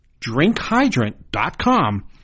drinkhydrant.com